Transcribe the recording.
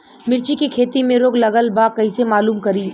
मिर्ची के खेती में रोग लगल बा कईसे मालूम करि?